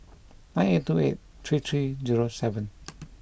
nine eight two eight three three zero seven